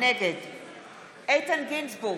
נגד איתן גינזבורג,